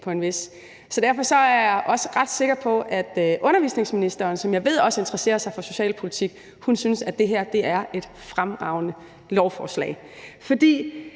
så derfor er jeg også ret sikker på, at undervisningsministeren, som jeg ved også interesserer sig for socialpolitik, synes, at det her er et fremragende lovforslag. For